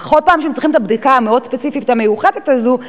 בכל פעם שהם צריכים את הבדיקה המאוד-ספציפית והמיוחדת הזו,